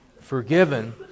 forgiven